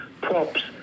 props